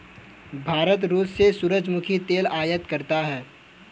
भारत रूस से सूरजमुखी तेल आयात करता हैं